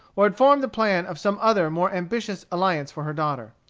or had formed the plan of some other more ambitious alliance for her daughter.